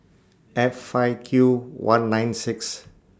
F five Q one nine six